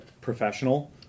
professional